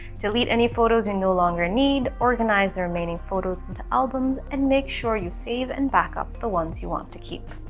delete any photos you no longer need, organize the remaining photos into albums, and make sure you save and backup the ones you want to keep.